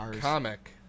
comic